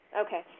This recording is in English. Okay